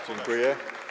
Dziękuję.